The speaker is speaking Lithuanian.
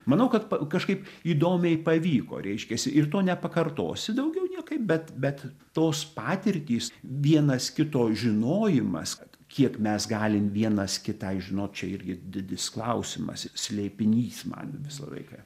manau kad pa kažkaip įdomiai pavyko reiškiasi ir to nepakartosi daugiau niekaip bet bet tos patirtys vienas kito žinojimas kiek mes galim vienas kitą žinot čia irgi didis klausimas slėpinys man visą laiką